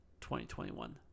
2021